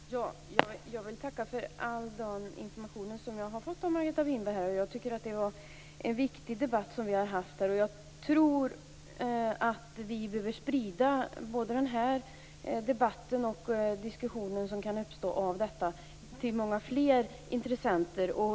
Fru talman! Jag vill tacka för all den information jag här har fått av Margareta Winberg. Jag tycker att det har varit en viktig debatt som vi har fört. Jag tror att vi behöver sprida både den här debatten och den diskussion som kan uppstå till många fler intressenter.